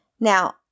Now